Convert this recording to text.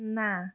ନା